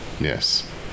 Yes